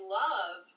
love